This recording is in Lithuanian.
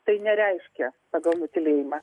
tai nereiškia pagal nutylėjimą